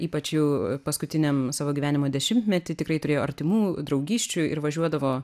ypač jau paskutiniam savo gyvenimo dešimtmety tikrai turėjo artimų draugysčių ir važiuodavo